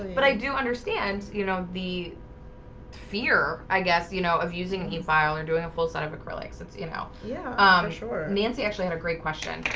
but i do understand you know, the fear, i guess you know of using a file or doing a full set of acrylics it's you know, yeah, i'm sure nancy actually had a great question.